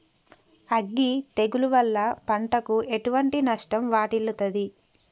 అగ్గి తెగులు వల్ల పంటకు ఎటువంటి నష్టం వాటిల్లుతది?